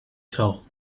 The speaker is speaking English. soul